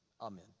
Amen